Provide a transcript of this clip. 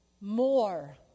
more